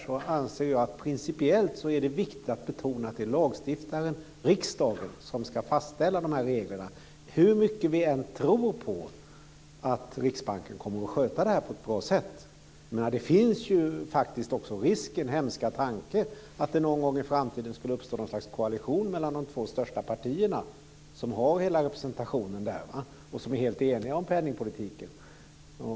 Jag anser att det principiellt är viktigt att betona att det är lagstiftaren, riksdagen, som ska fastställa dessa regler, hur mycket vi än tror att Riksbanken kommer att sköta detta på ett bra sätt. Risken finns ju faktiskt också - hemska tanke - att det någon gång i framtiden skulle uppstå något slags koalition mellan de två största partierna som har hela representationen där och som är helt eniga om penningpolitiken.